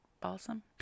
Balsam